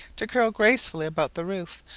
to curl gracefully about the roof,